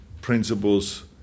principles